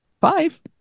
Five